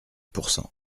pourcent